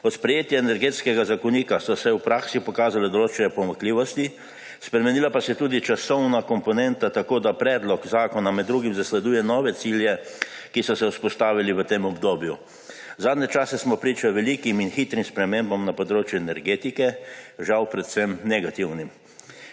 Od sprejetja Energetskega zakonika so se v praksi pokazale določene pomanjkljivosti, spremenila pa se je tudi časovna komponenta, tako da predlog zakona med drugim zasleduje tudi nove cilje, ki so se vzpostavili v tem obdobju. Zadnje čase smo priča velikim in hitrim spremembam na področju energetike, žal predvsem negativnim.